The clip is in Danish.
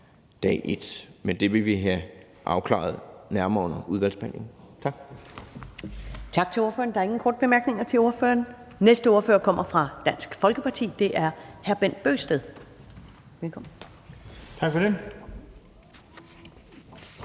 dag et. Det vil vi have afklaret under udvalgsbehandlingen. Tak.